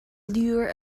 lure